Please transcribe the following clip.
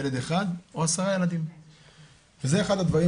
ילד אחד או 10 ילדים וזה אחד הדברים,